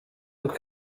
uko